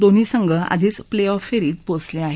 दोन्ही संघ आधीच प्ले ऑफ फेरीत पोचले आहेत